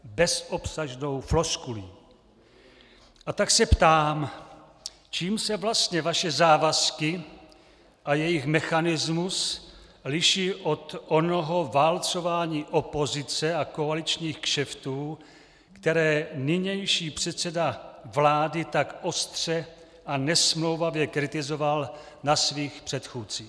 A tak se ptám: Čím se vlastně vaše závazky a jejich mechanismus liší od onoho válcování opozice a koaličních kšeftů, které nynější předseda vlády tak ostře a nesmlouvavě kritizoval na svých předchůdcích?